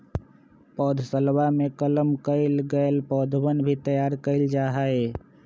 पौधशलवा में कलम कइल गैल पौधवन भी तैयार कइल जाहई